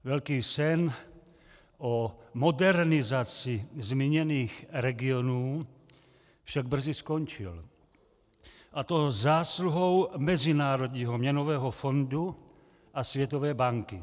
Velký sen o modernizaci zmíněných regionů však brzy skončil, a to zásluhou Mezinárodního měnového fondu a Světové banky.